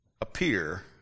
appear